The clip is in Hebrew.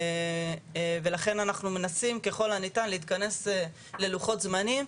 ולכן אנחנו מנסים ככל הניתן להתכנס ללוחות זמנים.